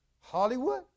Hollywood